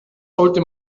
sollte